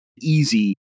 easy